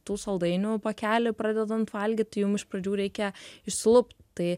tų saldainių pakelį pradedant valgyt jum iš pradžių reikia išsilupt tai